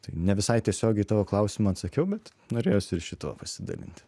tai ne visai tiesiogiai į tavo klausimą atsakiau bet norėjosi ir šituo pasidalinti